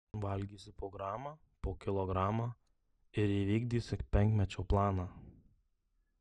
valgysiu po gramą po kilogramą ir įvykdysiu penkmečio planą